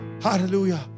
hallelujah